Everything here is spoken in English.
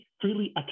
freely